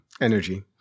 energy